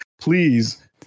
Please